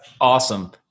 awesome